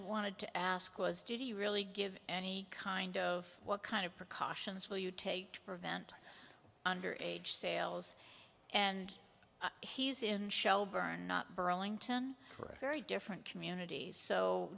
wanted to ask was do you really give any kind of what kind of precautions will you take to prevent under age sales and he's in shelburne burlington for very different communities so